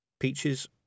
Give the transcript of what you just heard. Peaches